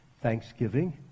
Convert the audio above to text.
thanksgiving